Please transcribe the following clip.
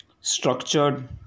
Structured